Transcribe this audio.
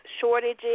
shortages